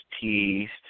teased